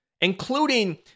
including